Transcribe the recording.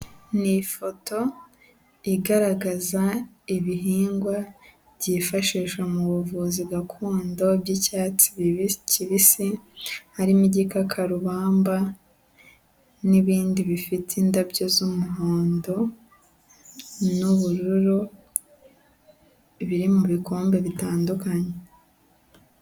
Ni ifoto igaragaza ibihingwa byifashisha mu buvuzi gakondo by'icyatsi kibisi harimo igikakarubamba n'ibindi bifite indabyo z'umuhondo n'ubururu biri mu bikombe bitandukanye.